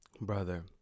brother